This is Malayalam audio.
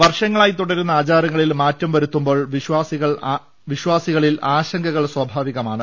വർഷങ്ങളായി തുടരുന്ന ആചാരങ്ങളിൽ മാറ്റം വരുത്തുമ്പോൾ വിശ്വാസികളിൽ ആശങ്കകൾ സ്വാഭാവികമാണ്